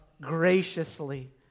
graciously